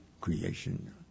creation